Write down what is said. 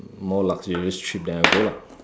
more luxurious trip then I go lah